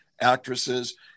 actresses